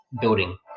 building